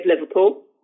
Liverpool